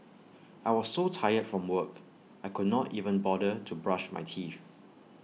I was so tired from work I could not even bother to brush my teeth